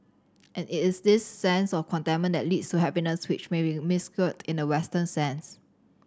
and it is this sense of contentment that leads to happiness which may be misconstrued in the Western sense